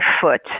foot